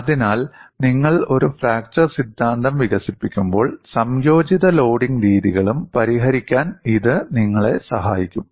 അതിനാൽ നിങ്ങൾ ഒരു ഫ്രാക്ചർ സിദ്ധാന്തം വികസിപ്പിക്കുമ്പോൾ സംയോജിത ലോഡിംഗ് രീതികളും പരിഹരിക്കാൻ ഇത് നിങ്ങളെ സഹായിക്കും